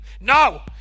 No